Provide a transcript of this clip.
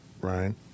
Ryan